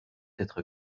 être